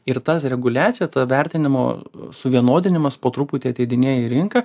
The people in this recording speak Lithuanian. ir tas reguliaciją to vertinimo suvienodinimas po truputį ateidinėja į rinką